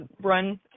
run